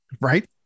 Right